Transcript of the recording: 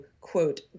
quote